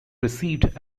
received